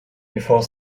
before